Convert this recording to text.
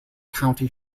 county